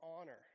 honor